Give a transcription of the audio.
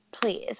Please